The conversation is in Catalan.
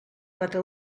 quatre